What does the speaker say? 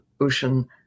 ocean